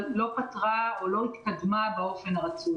אבל לא פתרה או לא התקדמה באופן הרצוי.